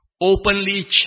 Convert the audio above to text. openly